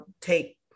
take